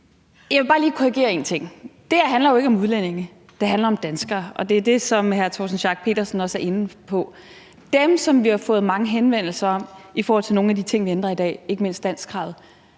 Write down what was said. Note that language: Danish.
lige korrigere én ting. Det her handler jo ikke om udlændinge; det handler om danskere. Og det er det, som hr. Torsten Schack Pedersen også var inde på. Dem, som vi har fået mange henvendelser om i forhold til nogle af de ting, vi ændrer i dag, ikke mindst danskkravet,